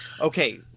Okay